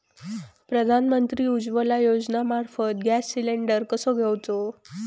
प्रधानमंत्री उज्वला योजनेमार्फत gas cylinder कसो घेऊचो?